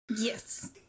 Yes